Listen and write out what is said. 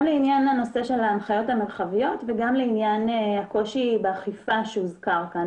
גם לנושא ההנחיות המרחביות וגם לעניין הקושי באכיפה שהוזכר כאן.